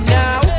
now